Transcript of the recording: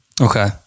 Okay